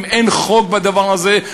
אם אין חוק בדבר הזה,